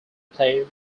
play